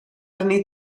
arni